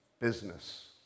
business